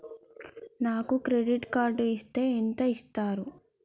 నాకు credit card ఇస్తే ఎంత ఇస్తరు?